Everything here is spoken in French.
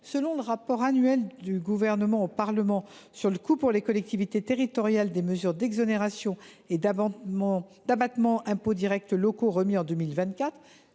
Selon le rapport annuel du Gouvernement au Parlement sur le coût pour les collectivités territoriales des mesures d’exonération et d’abattement d’impôts directs locaux remis en 2024